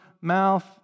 mouth